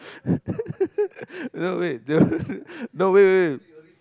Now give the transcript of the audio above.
no wait no wait wait wait